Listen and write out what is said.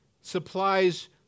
supplies